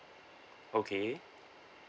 okay